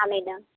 हाँ मैडम